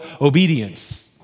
obedience